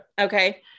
Okay